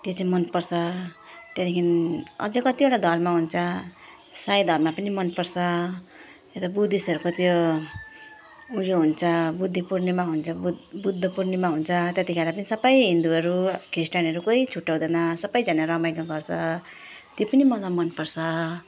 त्यो चाहिँ म मन पर्छ त्यहाँदेखिन् अझै कतिवटा धर्म हुन्छ साई धर्म पनि मन पर्छ यता बुद्धिस्टहरूको त्यो ऊ यो हुन्छ बुद्धि पूर्णिमा बुध् बुद्ध पूर्णिमा हुन्छ त्यतिखेर पनि सबै हिन्दूहरू ख्रिस्टानहरू कोही छुट्ट्याउँदैन सबैजना रमाइलो गर्छ त्यो पनि मलाई मन पर्छ